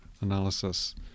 analysis